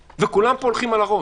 וכולם פה הולכים על הראש.